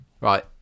Right